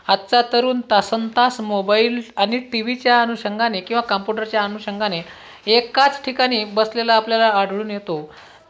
आजचा तरुण तासनतास मोबाईल आणि टी व्हीच्या अनुषंगाने किंवा काम्पुटरच्या अनुषंगाने एकाच ठिकाणी बसलेला आपल्याला आढळून येतो